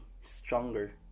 stronger